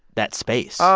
that space?